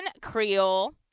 Creole